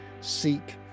seek